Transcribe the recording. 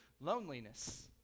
loneliness